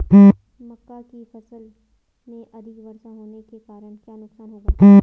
मक्का की फसल में अधिक वर्षा होने के कारण क्या नुकसान होगा?